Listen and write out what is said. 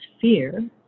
fear